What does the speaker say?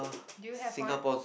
do you have one